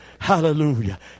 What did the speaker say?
Hallelujah